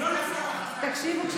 תקשיבו,